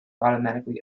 automatically